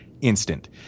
instant